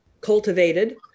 cultivated